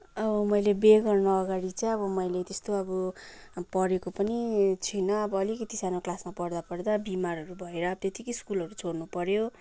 अब मैले बिहे गर्नु अगाडि चाहिँ अब मैले त्यस्तो अब पढे्को पनि छुइनँ अब अलिकति सानो क्लासमा पढ्दा पढ्दा बिमारहरू भएर त्यतिकै स्कुलहरू छोड्नु पऱ्यो